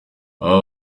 aba